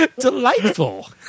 delightful